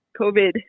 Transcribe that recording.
covid